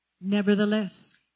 nevertheless